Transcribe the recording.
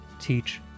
teach